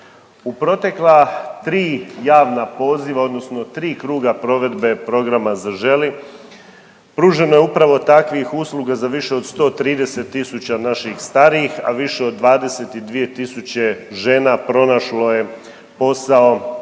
U protekla 3 javna poziva odnosno 3 kruga provedbe programa Zaželi pruženo je upravo takvih usluga za više od 130 tisuća naših starijih, a više od 22 tisuće žena pronašlo je posao